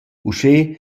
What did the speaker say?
uschè